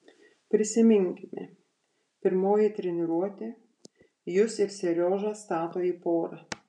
prisiminkime pirmoji treniruotė jus ir seriožą stato į porą